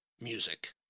music